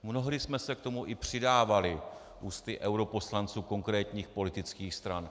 Mnohdy jsme se k tomu i přidávali ústy europoslanců konkrétních politických stran.